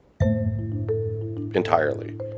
entirely